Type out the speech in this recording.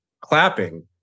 clapping